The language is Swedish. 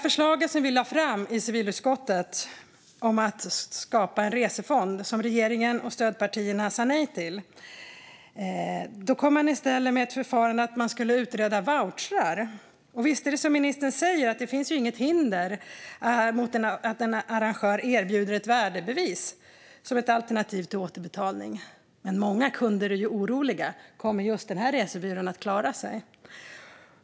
Förslaget som vi lade fram i civilutskottet om att skapa en resefond sa regeringen och stödpartierna nej till. I stället kom man med att ett förfarande med vouchrar ska utredas. Visst är det som ministern säger: Det finns inget hinder mot att en arrangör erbjuder ett värdebevis som alternativ till återbetalning. Men många kunder är oroliga för om just den resebyrån kommer att klara sig.